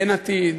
אין עתיד,